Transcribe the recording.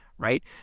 right